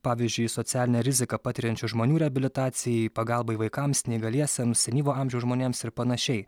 pavyzdžiui socialinę riziką patiriančių žmonių reabilitacijai pagalbai vaikams neįgaliesiems senyvo amžiaus žmonėms ir panašiai